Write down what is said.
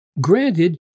granted